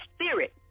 spirit